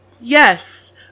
Yes